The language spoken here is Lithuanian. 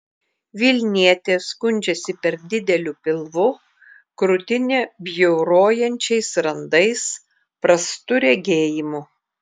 vilnietė skundžiasi per dideliu pilvu krūtinę bjaurojančiais randais prastu regėjimu